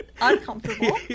uncomfortable